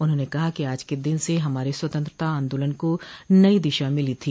उन्होंन कहा कि आज के दिन से हमारे स्वतंत्रता आंदोलन को नई दिशा मिली थी